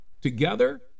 Together